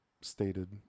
stated